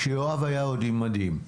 כשיואב היה עוד עם מדים.